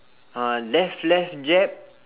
uh left left jab